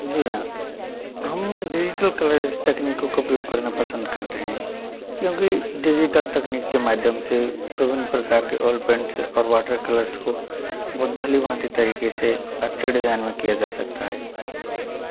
जी हाँ हम डिजिटल टेकनिकों का प्रयोग करना पसंद करते हैं क्योंकि डिजिटल तकनीक के माध्यम से विभिन्न प्रकार के ऑयल पेंट्स और वाटर कलर्स को बहुत भली भाँति तरीके से अच्छे डिजाइन में किया जा सकता है